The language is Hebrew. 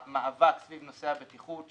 המאבק סביב נושא הבטיחות,